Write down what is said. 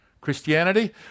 Christianity